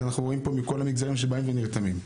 כי אנחנו פה מכל המגזרים שבאים ומרתמים.